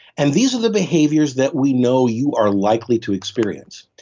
and these are the behaviors that we know you are likely to experience.